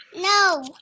No